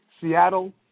Seattle